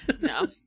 No